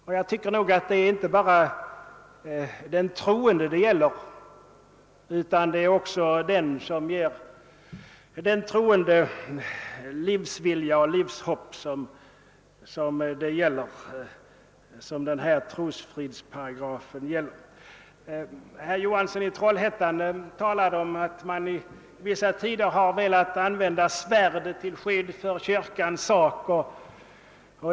Tros fridsparagrafen gäller inte endast den troende utan även Honom som ger den troende livsvilja och livshopp. Herr Johansson i Trollhättan talade om att man under vissa tider har velat använda svärdet till skydd för kyrkans sak.